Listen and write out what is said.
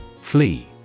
Flee